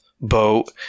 boat